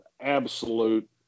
absolute